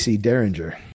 Derringer